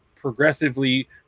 progressively